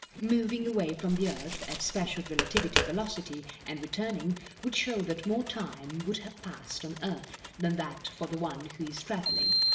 moving away from the earth at special relativity velocity and returning would show that more time would have passed on earth than that for the one who is travelling.